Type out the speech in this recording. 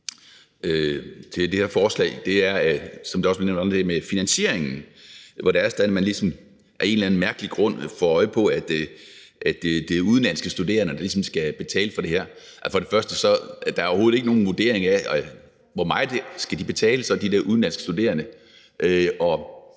til det her forslag, som det også blev nævnt af andre, er finansieringen, hvor man af en eller anden mærkelig grund har fået øje på, at det er udenlandske studerende, der skal betale for det her. For det første er der overhovedet ikke nogen vurdering af, hvor meget de der udenlandske studerende